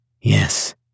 Yes